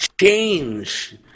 change